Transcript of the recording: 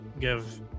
give